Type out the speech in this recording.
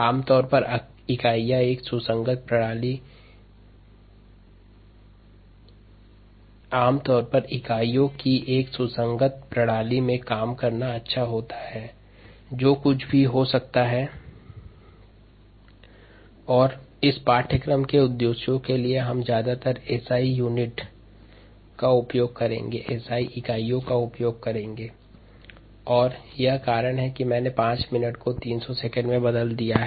आमतौर पर consistent system of units में काम करना अच्छा होता है जो कुछ भी हो सकता है और इस पाठ्यक्रम के उद्देश्यों के लिए हम ज्यादातर एस आई यूनिट्स का उपयोग करेंगे और यही कारण है कि मैंने 5 मिनट्स से 300 सौ सेकंड में बदल दिया है